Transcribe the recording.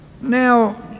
Now